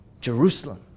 Jerusalem